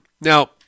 Now